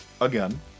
again